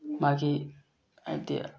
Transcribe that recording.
ꯃꯥꯒꯤ ꯍꯥꯏꯕꯗꯤ